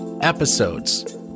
episodes